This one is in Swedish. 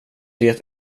det